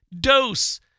dose